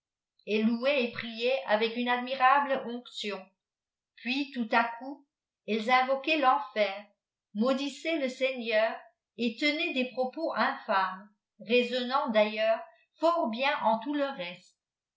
tlles louaient et priaient avec nde admirable onctjon pais tout à coup elfes invoquaient teiifer maudissait le seigneur et tenaient des propos infâmes raisonnant d'ailleurs fort bien en lom le reste